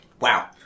Wow